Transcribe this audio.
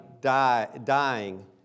dying